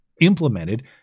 implemented